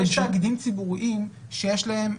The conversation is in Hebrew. בסופו של דבר יש תאגידים ציבוריים שיש להם